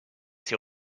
ses